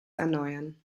erneuern